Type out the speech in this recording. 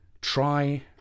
try